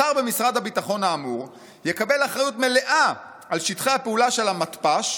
השר במשרד הביטחון האמור יקבל אחריות מלאה על שטחי הפעולה של המתפ"ש